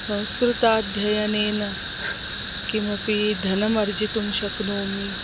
संस्कृताध्ययनेन किमपि धनमर्जितुं शक्नोमि